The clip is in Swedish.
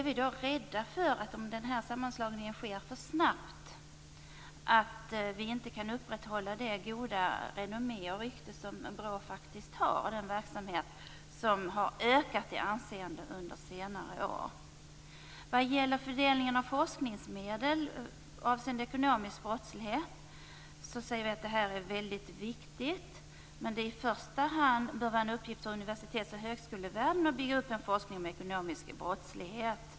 Vi är rädda för att om sammanslagningen sker för snabbt, att vi inte kan upprätthålla den goda renommé som BRÅ faktiskt har. Det är en verksamhet som har ökat i anseende under senare år. Det är viktigt med forskningsmedel avseende ekonomisk brottslighet. Men det bör i första hand vara en uppgift för universitets och högskolevärlden att bygga upp en forskningsverksamhet om ekonomisk brottslighet.